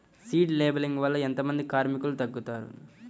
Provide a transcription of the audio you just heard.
Seed లేంబింగ్ వల్ల ఎంత మంది కార్మికులు తగ్గుతారు?